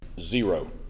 Zero